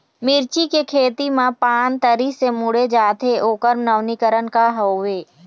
मिर्ची के खेती मा पान तरी से मुड़े जाथे ओकर नवीनीकरण का हवे?